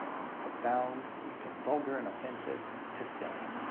from profound to vulgar and offensive to silly.